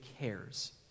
cares